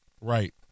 Right